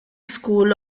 school